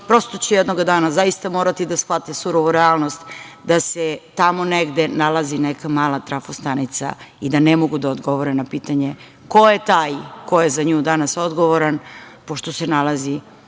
prosto će jednoga dana zaista morati da shvate surovu realnost da se tamo negde nalazi neka mala trafo stanica i da ne mogu da odgovore na pitanje ko je taj ko je za nju danas odgovoran, pošto se nalazi